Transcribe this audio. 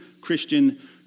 Christian